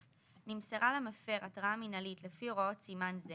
נמסרה למפר התראה מינהלית לפי הוראות סימן זה